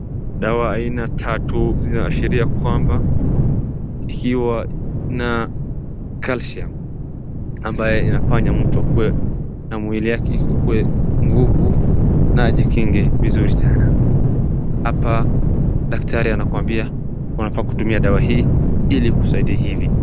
Dawa aina tatu zinaashiria kwamba ikiwa na calcium amabyo inafanya mtu akuwe na mwili yake ikuwe nguvu ajikinge vizuri sana, hapa daktari anakumbia unafaa kutumia dawa hii ili ikusaidie hivi.